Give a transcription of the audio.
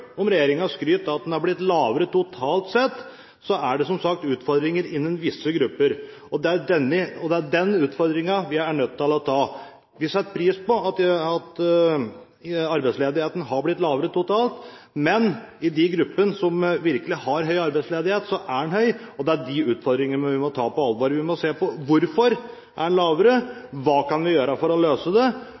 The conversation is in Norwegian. om regjeringen skryter av at den har blitt lavere totalt sett, er det som sagt utfordringer innen visse grupper. Det er den utfordringen vi er nødt til å ta. Vi setter pris på at arbeidsledigheten har blitt lavere totalt, men i de gruppene som virkelig har høy arbeidsledighet, er den høy. Det er de utfordringene vi må ta på alvor. Vi må se på hvorfor den er høyere, hva vi kan gjøre for å løse dette, og om det